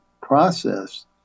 process